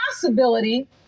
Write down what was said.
possibility